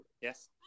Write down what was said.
Yes